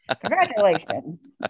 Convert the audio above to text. Congratulations